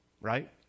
right